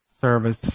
service